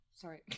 Sorry